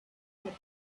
had